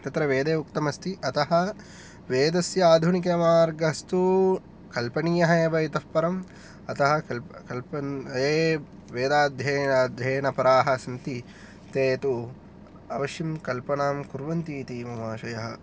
तत्र वेदे उक्तमस्ति अतः वेदस्य आधुनिकमार्गस्तु कल्पनीयः एव इतःपरं अतः कल्प ये वेदाध्ययन ध्ययनपराः सन्ति ते तु अवश्यं कल्पनां कुर्वन्तीति मम आशयः